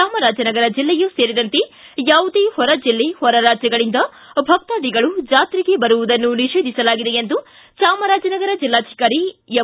ಚಾಮರಾಜನಗರ ಜಿಲ್ಲೆಯೂ ಸೇರಿದಂತೆ ಯಾವುದೇ ಹೊರಜಿಲ್ಲೆ ಹೊರ ರಾಜ್ಞಗಳಿಂದ ಭಕ್ತಾದಿಗಳು ಜಾತ್ರೆಗೆ ಬರುವುದನ್ನು ನಿಷೇಧಿಸಲಾಗಿದೆ ಎಂದು ಚಾಮರಾಜನಗರ ಜಿಲ್ಲಾಧಿಕಾರಿ ಎಂ